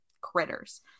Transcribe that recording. critters